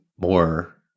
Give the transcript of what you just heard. more